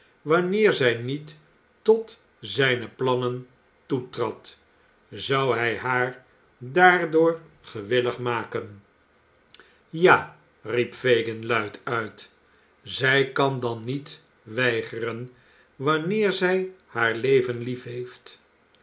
wanneer zij niet tot zijne plannen toetrad zou hij haar daardoor gewillig maken ja riep fagin luid uit zij kan dan niet weigeren wanneer zij haar leven